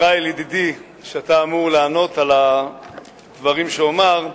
ישראל ידידי, שאתה אמור לענות על הדברים שאומר,